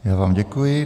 Já vám děkuji.